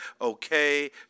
okay